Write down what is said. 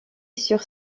sur